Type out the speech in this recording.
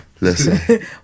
Listen